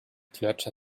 clutch